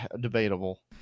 debatable